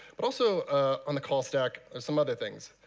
but also on the call stack, and some other things.